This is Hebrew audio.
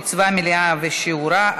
קצבה מלאה ושיעורה),